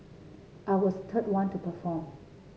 I was third one to perform